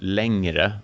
längre